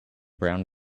brown